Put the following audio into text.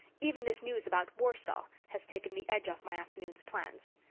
even this news about warsaw has taken the edge off my afternoon's plans.